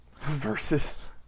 Versus